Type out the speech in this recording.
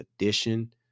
addition